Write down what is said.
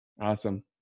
Awesome